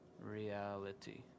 Reality